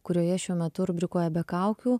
kurioje šiuo metu rubrikoje be kaukių